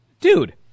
Dude